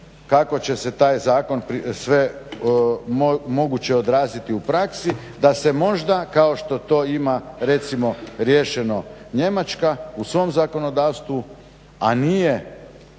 kako će se taj zakon sve moguće odraziti na praksi, da se možda kao što to ima recimo riješeno Njemačka u svom zakonodavstvu a nije